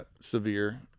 severe